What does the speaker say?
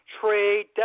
trade